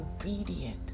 obedient